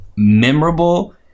memorable